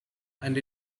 and